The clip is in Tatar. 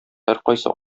һәркайсы